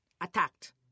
attacked